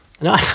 No